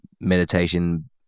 meditation